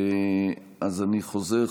אז אני חוזר.